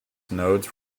nodes